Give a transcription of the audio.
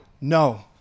No